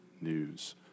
news